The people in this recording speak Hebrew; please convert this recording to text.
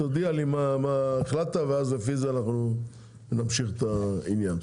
תודיע לי מה החלטת ולפי זה אנחנו נמשיך את העניין.